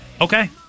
Okay